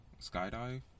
Skydive